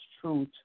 truth